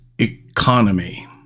economy